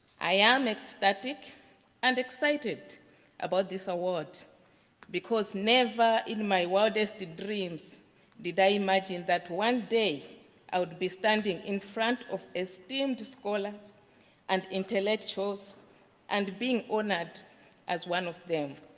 i am ecstatic and excited about this award because never in my wildest dreams did i imagine that one day i would be standing in front of esteemed scholars and intellectuals and being honoured as one of them.